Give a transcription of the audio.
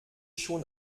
schon